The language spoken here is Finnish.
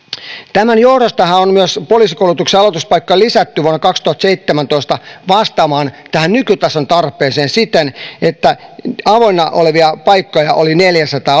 tämän johdostahan on myös poliisikoulutuksen aloituspaikkoja lisätty vuonna kaksituhattaseitsemäntoista vastaamaan tähän nykytason tarpeeseen siten että avoinna olevia aloituspaikkoja oli neljäsataa